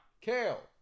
Kale